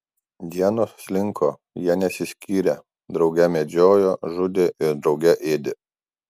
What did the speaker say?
dienos slinko jie nesiskyrė drauge medžiojo žudė ir drauge ėdė